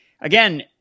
Again